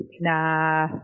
Nah